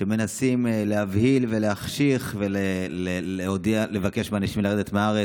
שמנסים להבהיל ולהחשיך ולבקש מאנשים לרדת מהארץ.